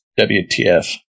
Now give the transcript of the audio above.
WTF